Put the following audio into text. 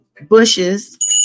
Bushes